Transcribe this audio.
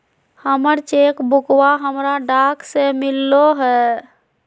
हमर चेक बुकवा हमरा डाक से मिललो हे